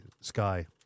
sky